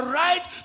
right